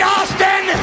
Austin